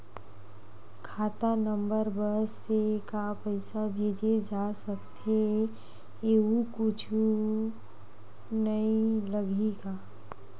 खाता नंबर बस से का पईसा भेजे जा सकथे एयू कुछ नई लगही का?